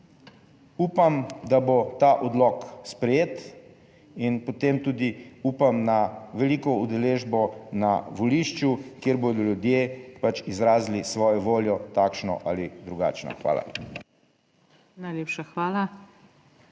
Upam, da bo ta odlok sprejet in potem tudi upam na veliko udeležbo na volišču, kjer bodo ljudje pač izrazili svojo voljo, takšno ali drugačno. Hvala. PODPREDSEDNICA